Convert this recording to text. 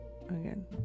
again